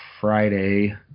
Friday